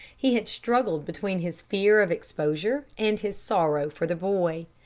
he had struggled between his fear of exposure and his sorrow for the boy.